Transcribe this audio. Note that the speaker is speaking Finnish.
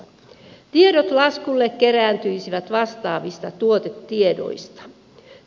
tiedot laskulle kerääntyisivät vastaavista tuotetiedoista